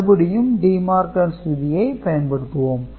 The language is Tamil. மறுபடியும் Demogan's விதியை பயன்படுத்துவோம்